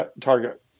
target